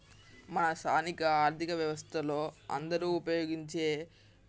మా స్థానిక ఆర్థిక వ్యవస్థలో అందరు ఉపయోగించే